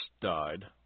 died